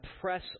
press